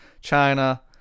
China